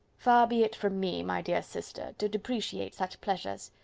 far be it from me, my dear sister, to depreciate such pleasures!